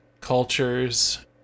cultures